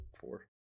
Four